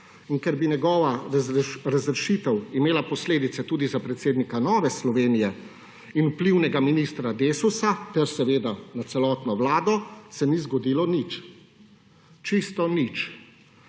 in ker bi njegova razrešitev imela posledice tudi za predsednika Nove Slovenije in vplivnega ministra Desusa ter seveda na celotno vlado, se ni zgodilo nič, čisto nič.